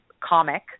comic